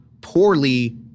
poorly